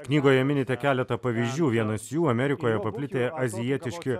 knygoje minite keletą pavyzdžių vienas jų amerikoje paplitę azijietiški